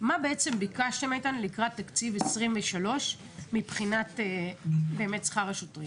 מה ביקשתם לקראת תקציב 23' מבחינת שכר השוטרים?